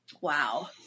Wow